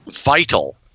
vital